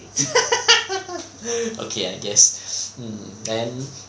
okay I guess um then